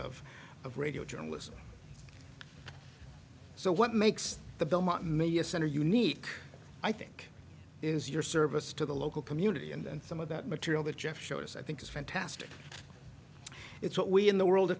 of of radio journalism so what makes the belmont media center unique i think is your service to the local community and some of that material that jeff showed us i think is fantastic it's what we in the world